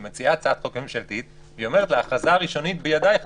היא מציעה הצעת חוק ממשלתית ואומרת לה: ההכרזה הראשונית בידייך,